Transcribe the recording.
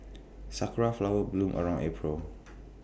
Sakura Flowers bloom around April